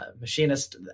Machinist